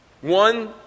One